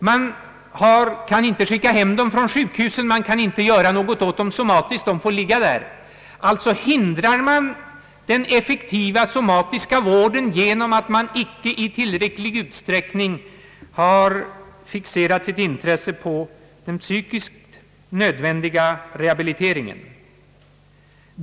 Man kan inte skicka hem dem från sjukhusen, man kan inte göra någonting åt dem somatiskt, utan de får ligga där. Alltså hindrar man den effektiva somatiska vården genom att man icke i tillräcklig utsträckning har fixerat sitt intresse på den psykiskt nödvändiga rehabiliteringen.